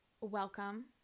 welcome